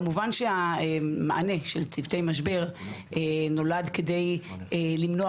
כמובן שהמענה של צוותי משבר נולד כדי למנוע,